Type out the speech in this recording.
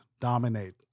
dominate